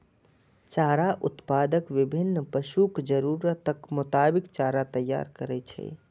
चारा उत्पादक विभिन्न पशुक जरूरतक मोताबिक चारा तैयार करै छै